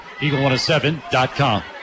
eagle107.com